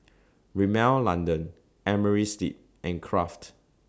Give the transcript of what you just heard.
Rimmel London Amerisleep and Kraft